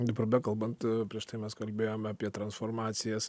dabar bekalbant prieš tai mes kalbėjome apie transformacijas